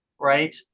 right